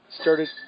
Started